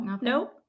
Nope